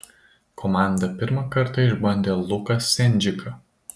komanda pirmą kartą išbandė luką sendžiką